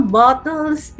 bottles